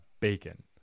bacon